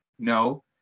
No